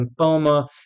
lymphoma